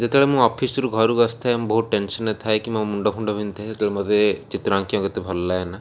ଯେତେବେଳେ ମୁଁ ଅଫିସ୍ରୁ ଘରକୁ ଆସିଥାଏ ମୁଁ ବହୁତ ଟେନସନ୍ରେ ଥାଏ କି ମୋ ମୁଣ୍ଡ ଫୁଣ୍ଡ ପିନ୍ଧିଥାଏ ସେତେବେଳେ ମୋତେ ଚିତ୍ର ଆଙ୍କିବାକୁ ଏତେ ଭଲ ଲାଗେନା